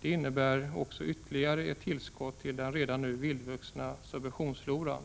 Det innebär också ytterligare ett tillskott till den redan nu vildvuxna subventionsfloran.